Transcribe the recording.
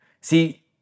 See